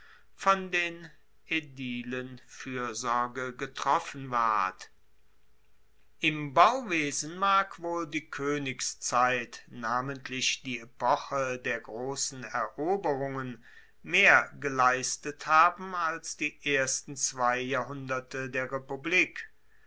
von den aedilen fuersorge getroffen ward im bauwesen mag wohl die koenigszeit namentlich die epoche der grossen eroberungen mehr geleistet haben als die ersten zwei jahrhunderte der republik